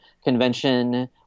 convention